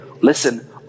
listen